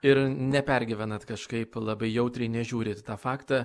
ir nepergyvenat kažkaip labai jautriai nežiūrit į tą faktą